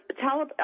Tell